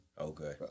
Okay